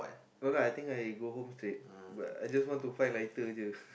no lah I think I go home straight but I just want to find lighter [je]